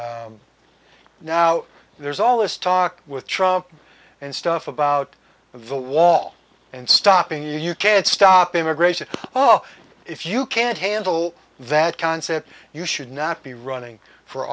now there's all this talk with trump and stuff about the wall and stopping you you can't stop immigration oh if you can't handle that concept you should not be running for